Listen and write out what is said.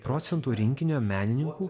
procentų rinkinio menininkų